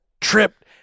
tripped